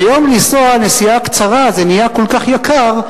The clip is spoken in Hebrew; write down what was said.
והיום לנסוע נסיעה קצרה נהיה כל כך יקר,